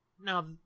Now